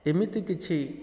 ଏମିତି କିଛି